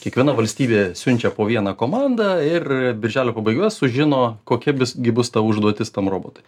kiekviena valstybė siunčia po vieną komandą ir birželio pabaigoj sužino kokia bis gi bus ta užduotis tam robotui